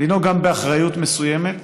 לנהוג באחריות מסוימת,